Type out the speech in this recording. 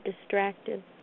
distracted